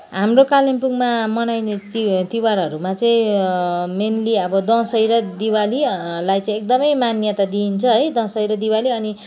हाम्रो कालिम्पोङमा मनाइने त्यौहारहरूमा चाहिँ मेन्ली अब दसैँ र दिवालीलाई चाहिँ एकदमै मान्यता दिइन्छ है दसैँ र दिवाली अनि